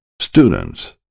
students